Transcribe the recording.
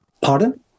pardon